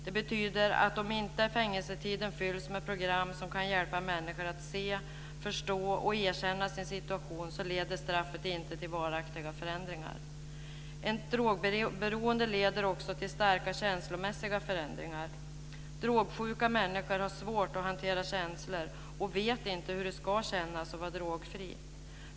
Det betyder att straffet, om fängelsetiden inte fylls med program som kan hjälpa människor att se, förstå och erkänna sin situation, inte leder till varaktiga förändringar. Drogberoende leder också till starka känslomässiga förändringar. Drogsjuka människor har svårt att hantera känslor och vet inte hur det ska kännas att vara drogfri.